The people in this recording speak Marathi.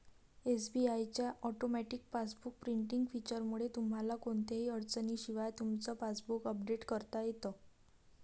एस.बी.आय च्या ऑटोमॅटिक पासबुक प्रिंटिंग फीचरमुळे तुम्हाला कोणत्याही अडचणीशिवाय तुमचं पासबुक अपडेट करता येतं